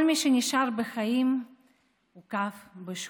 כל מי שנשאר בחיים הוקף בשכול.